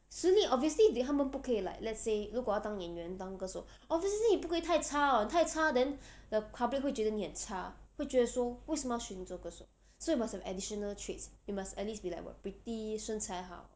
实力 obviously they 他们不可以 like let's say 如果要当演员当歌手 obviously 你不可以太差太差 then the public 会觉得说为什么要选你做歌手所以 must have additional traits you must at least be like what pretty 身材好